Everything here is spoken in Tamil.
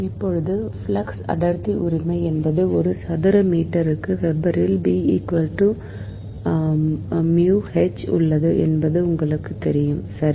இப்போது ஃப்ளக்ஸ் அடர்த்தி உரிமை என்பது ஒரு சதுர மீட்டருக்கு வெபரில் உள்ளது என்பது உங்களுக்குத் தெரியும் சரி